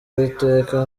uwiteka